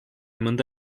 mõnda